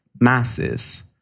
masses